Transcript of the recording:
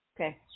Okay